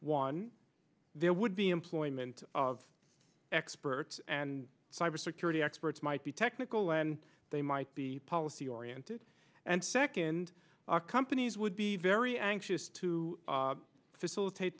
one there would be employment of experts and cybersecurity experts might be technical and they might be policy oriented and second companies would be very anxious to facilitate